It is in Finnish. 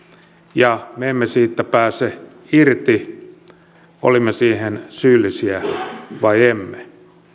ja me emme siitä pääse irti olimme siihen syyllisiä tai emme